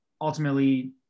ultimately